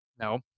No